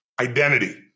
identity